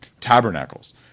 Tabernacles